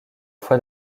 fois